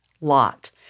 lot